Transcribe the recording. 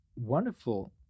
Wonderful